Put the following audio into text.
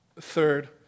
Third